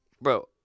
bro